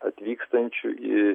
atvykstančių į